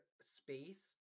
space